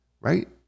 right